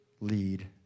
lead